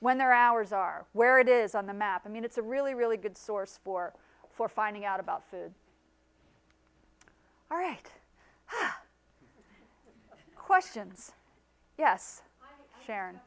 when their hours are where it is on the map i mean it's a really really good source for for finding out about food all right questions yes shar